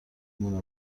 مونه